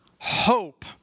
hope